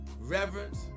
reverence